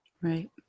Right